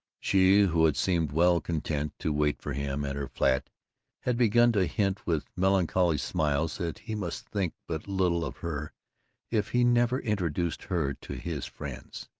she who had seemed well content to wait for him at her flat had begun to hint with melancholy smiles that he must think but little of her if he never introduced her to his friends,